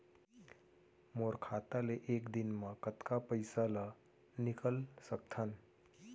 मोर खाता ले एक दिन म कतका पइसा ल निकल सकथन?